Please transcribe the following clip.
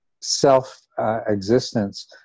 self-existence